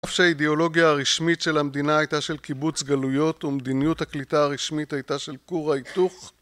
אף שהאידיאולוגיה הרשמית של המדינה הייתה של קיבוץ גלויות ומדיניות הקליטה הרשמית הייתה של קור הייתוך